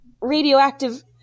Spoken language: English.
radioactive